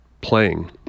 playing